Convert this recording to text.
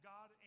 God